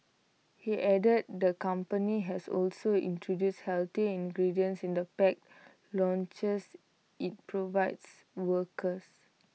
he added the company has also introduced healthier ingredients in the packed lunches IT provides workers